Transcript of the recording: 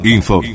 Info